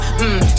mmm